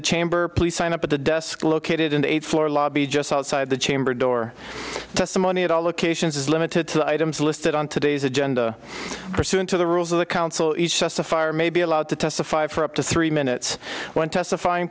the chamber please sign up at the desk located in the eighth floor lobby just outside the chamber door testimony at all locations is limited to the items listed on today's agenda pursuant to the rules of the council each justifier may be allowed to testify for up to three minutes when testifying